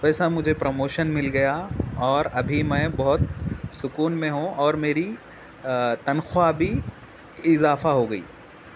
ویسا مجھے پرموشن مل گیا اور ابھی میں بہت سکون میں ہوں اور میری تنخواہ بھی اضافہ ہو گئی